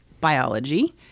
biology